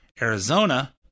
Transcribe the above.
Arizona